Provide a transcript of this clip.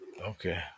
okay